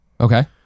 Okay